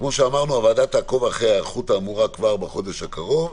כאמור הוועדה תעקוב אחרי ההיערכות האמורה כבר בחודש הקרוב,